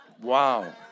Wow